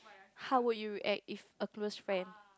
how would you react if a close friend